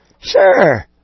Sure